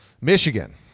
Michigan